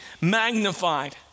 magnified